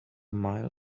mile